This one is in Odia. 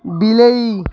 ବିଲେଇ